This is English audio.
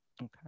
Okay